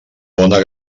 bona